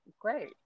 great